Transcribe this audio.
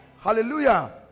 Hallelujah